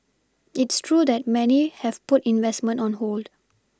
it's true that many have put investment on hold